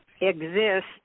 exist